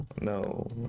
no